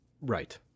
Right